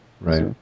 Right